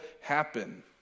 happen